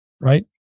right